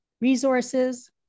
resources